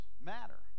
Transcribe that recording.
matter